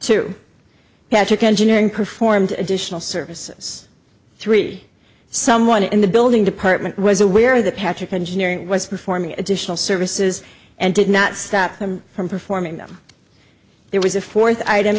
to patrick engineering performed additional services three someone in the building department was aware that patrick engineering was performing additional services and did not stop them from performing them there was a fourth item